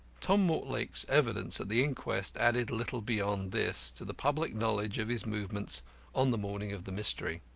tom mortlake's evidence at the inquest added little beyond this to the public knowledge of his movements on the morning of the mystery.